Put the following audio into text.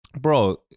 Bro